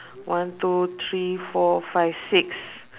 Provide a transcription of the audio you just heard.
one two three four five six